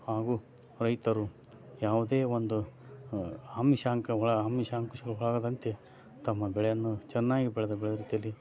ಹಾಗೂ ರೈತರು ಯಾವುದೇ ಒಂದು ಆಮಿಷಾಂಕಗೊಳ ಆಮಿಷಾಂಕುಶಗಳಿಗೆ ಒಳಗಾಗದಂತೆ ತಮ್ಮ ಬೆಳೆಯನ್ನು ಚೆನ್ನಾಗಿ ಬೆಳೆದ ಬೆಳೆ ರೀತಿಯಲ್ಲಿ